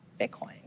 bitcoin